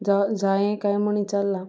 जाव जायें काय म्हण विचारलां